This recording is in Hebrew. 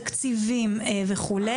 תקציבים וכו',